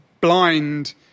blind